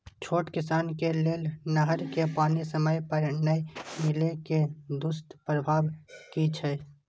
छोट किसान के लेल नहर के पानी समय पर नै मिले के दुष्प्रभाव कि छै?